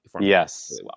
Yes